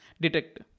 Detect